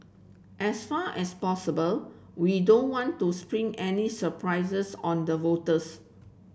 as far as possible we don't want to spring any surprises on the voters